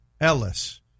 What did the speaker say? Ellis